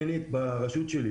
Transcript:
ברשות שלי